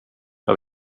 jag